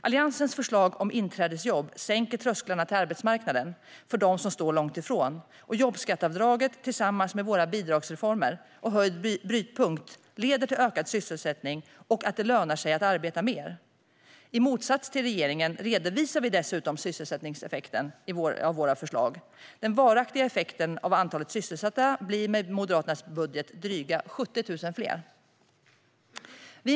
Alliansens förslag om inträdesjobb sänker trösklarna till arbetsmarknaden för dem som står långt ifrån. Och jobbskatteavdraget, tillsammans med våra bidragsreformer och höjd brytpunkt, leder till ökad sysselsättning och till att det lönar sig att arbeta mer. I motsats till regeringen redovisar vi dessutom sysselsättningseffekten av våra förslag. Den varaktiga effekten blir med Moderaternas budget dryga 70 000 fler sysselsatta.